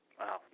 Wow